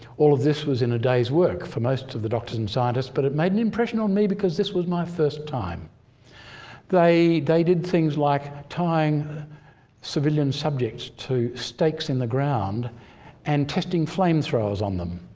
all of this was in a day's work for most of the doctors and scientists but it made an impression on me because this was my first time they they did things like tying civilian subjects to stakes in the ground and testing flamethrowers on them.